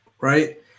right